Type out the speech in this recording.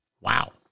Wow